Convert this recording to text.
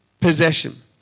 possession